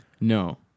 no